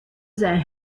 zijn